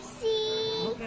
see